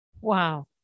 Wow